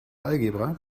algebra